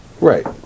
Right